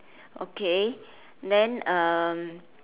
okay then um